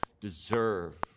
deserve